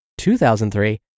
2003